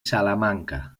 salamanca